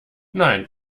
nein